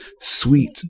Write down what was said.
sweet